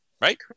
right